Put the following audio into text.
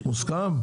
מוסכם?